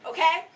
Okay